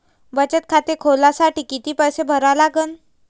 बचत खाते खोलासाठी किती पैसे भरा लागन?